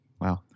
wow